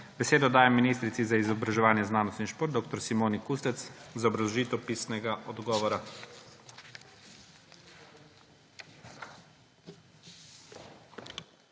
Besedo dajem ministrici za izobraževanje, znanost in šport dr. Simoni Kustec za obrazložitev pisnega odgovora.